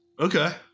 Okay